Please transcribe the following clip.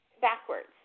backwards